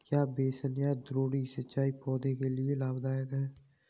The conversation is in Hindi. क्या बेसिन या द्रोणी सिंचाई पौधों के लिए लाभदायक है?